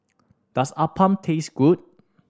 does appam taste good